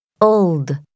old